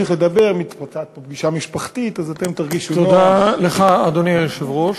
תודה לך, אדוני היושב-ראש.